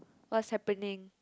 what's happening